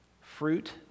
fruit